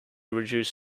reduce